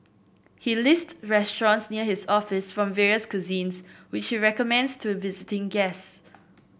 he list restaurants near his office from various cuisines which he recommends to visiting guests